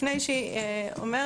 לפני שהיא אומרת,